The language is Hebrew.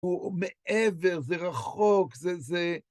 הוא מעבר, זה רחוק, זה זה...